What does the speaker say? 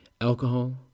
alcohol